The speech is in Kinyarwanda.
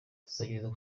tuzagerageza